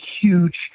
huge